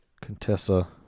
Contessa